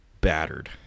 battered